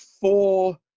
four